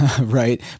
right